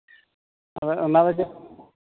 ᱦᱳᱭ ᱚᱱᱟ ᱜᱮᱛᱚ